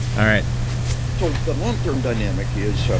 all right so the long-term dynamic is. yeah